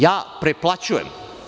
Ja preplaćujem.